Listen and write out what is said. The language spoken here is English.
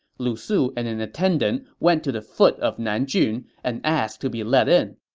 lu su and an attendant went to the foot of nanjun and asked to be let in.